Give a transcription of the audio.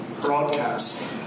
broadcast